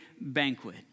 banquet